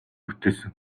бүтээсэн